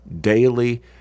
daily